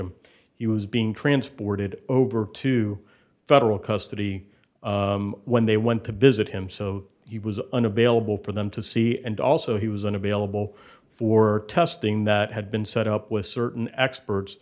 him he was being transported over to federal custody when they went to visit him so he was unavailable for them to see and also he was unavailable for testing that had been set up with certain experts